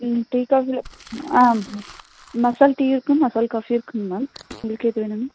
ம் டீ காஃபியில் ஆ மசாலா டீயும் இருக்குது மசாலா காஃபியும் இருக்குங்க மேம் உங்களுக்கு எது வேணும்ங்க